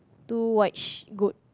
two white sh~ goat